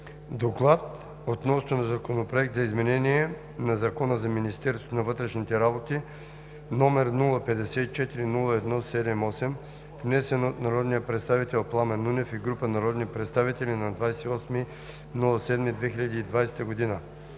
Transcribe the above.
и обсъди Законопроект за изменение на Закона за Министерството на вътрешните работи, № 054-01-78, внесен от народния представител Пламен Нунев и група народни представител на 28 юли 2020г.